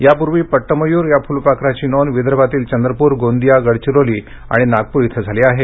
यापूर्वी पट्ट मयूर या फुलपाखराची नोंद विदर्भातील चंद्रपूर गोंदिया गडचिरोली आणि नागपूर इथं झाली आहे